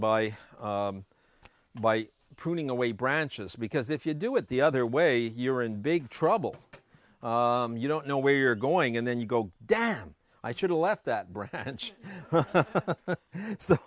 by by pruning away branches because if you do it the other way you're in big trouble you don't know where you're going and then you go damn i should've left that branch